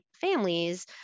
families